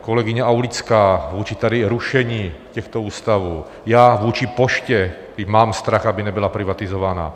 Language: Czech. Kolegyně Aulická vůči tady rušení těchto ústavů, já vůči poště, když mám strach, aby nebyla privatizována.